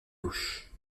gauche